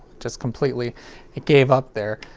just completely it gave up there.